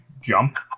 jump